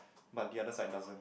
but the other side doesn't